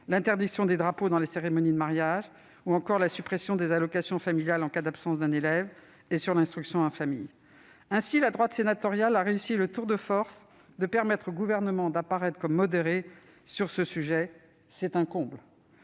l'interdiction des drapeaux dans les cérémonies de mariage, à la suppression des allocations familiales en cas d'absences d'un élève ou encore aux mesures sur l'instruction en famille. Ainsi, la droite sénatoriale a réussi le tour de force de permettre au Gouvernement d'apparaître comme modéré sur ce sujet. C'est un comble